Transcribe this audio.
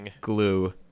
glue